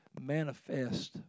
manifest